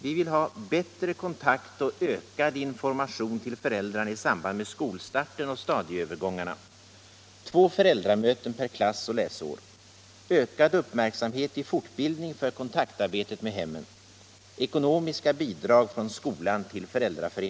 Vi vill ha bättre kontakt och ökad information till föräldrarna i samband med skolstarten och stadieövergångarna, formation och samtal i skolan.